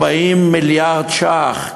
40 מיליארד ש"ח,